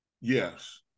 yes